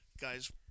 Guys